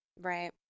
Right